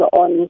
on